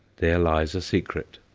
there lies a secret.